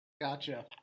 Gotcha